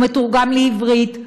הוא מתורגם לעברית,